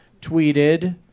tweeted